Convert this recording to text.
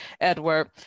Edward